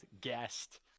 guest